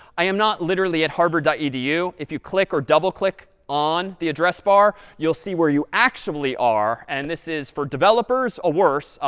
i am not literally at harvard ah edu. if you click or double-click on the address bar, you'll see where you actually are. and this is, for developers, a worse.